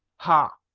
ha!